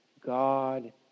God